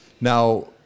Now